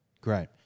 Great